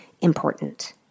important